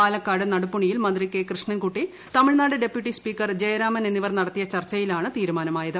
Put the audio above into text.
പാലക്കാട് നടുപ്പുണിയിൽ മന്ത്രി K Krishnankutty Tamil Nadu deputy speaker Jayaraman എന്നിവർ നടത്തിയ ചർച്ചയിലാണ് തീരുമാനമായത്